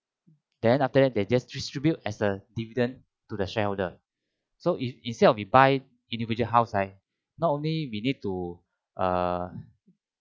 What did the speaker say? then after that they just distribute as a dividend to the shareholder so in instead of we buy individual house right not only we need to err